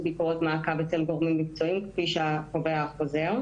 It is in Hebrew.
ביקורת מעקב אצל גורמים מקצועיים כפי שקובע החוזר.